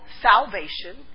salvation